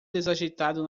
desajeitado